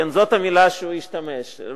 זאת המלה שהוא השתמש בה.